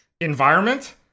environment